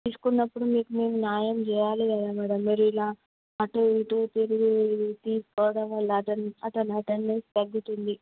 తీసుకున్నప్పుడు మీకు మేము న్యాయం చేయాలి కదా మేడం మీరు ఇలా అటు ఇటు తిరిగి తీసుకువెళ్ళడం వల్ల అటెండన్స్ తగ్గుతుంది